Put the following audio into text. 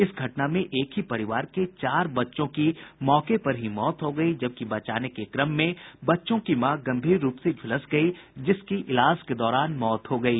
इस घटना में एक ही परिवार के चार बच्चों की मौके पर ही मौत हो गयी जबकि बचाने के क्रम में बच्चों की मां गंभीर रूप से झुलस गयी जिसकी इलाज के दौरान मौत हो गयी